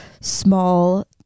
small